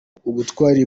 ubutwari